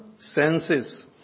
senses